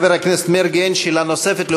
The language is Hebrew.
לחבר הכנסת מרגי אין שאלה נוספת.